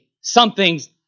something's